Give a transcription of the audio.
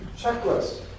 checklist